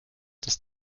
dass